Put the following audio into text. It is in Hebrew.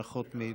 ברכות מאיתנו.